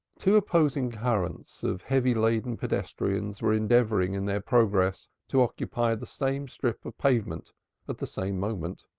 two opposing currents of heavy-laden pedestrians were endeavoring in their progress to occupy the same strip of pavement at the same moment,